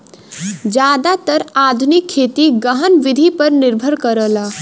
जादातर आधुनिक खेती गहन विधि पर निर्भर करला